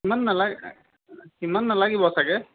ইমান নালাগে ইমান নালাগিব চাগৈ